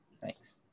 thanks